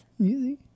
Easy